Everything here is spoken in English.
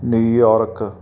New York